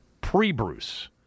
pre-Bruce